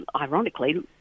ironically